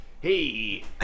Hey